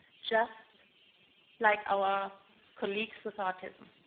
just like our colleagues with autism,